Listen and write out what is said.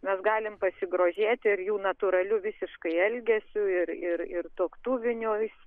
mes galim pasigrožėti ir jų natūraliu visiškai elgesiu ir ir ir tuoktuviniais